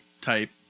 type